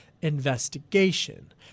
investigation